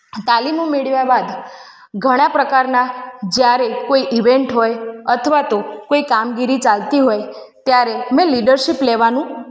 તાલીમો મેળવ્યા બાદ ઘણાં પ્રકારનાં જયારે કોઈ ઇવેંટ હોય અથવા તો કોઈ કામગીરી ચાલતી હોય ત્યારે મેં લીડરશિપ લેવાનું